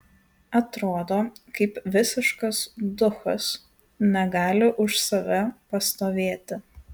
atrodo kaip visiškas duchas negali už save pastovėti